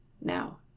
now